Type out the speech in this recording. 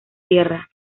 tierra